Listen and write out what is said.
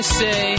say